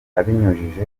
abinyujije